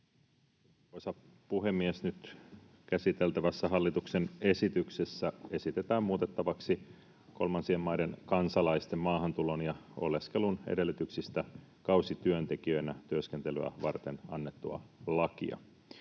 puhemies! Nyt käsiteltävässä hallituksen esityksessä esitetään muutettavaksi kolmansien maiden kansalaisten maahantulon ja oleskelun edellytyksistä kausityöntekijöinä työskentelyä varten annettua lakia.